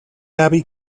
abbey